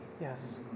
Yes